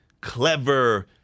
clever